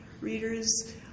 readers